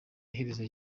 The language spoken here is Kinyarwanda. iherezo